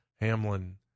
Hamlin